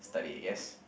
study I guess